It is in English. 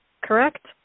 correct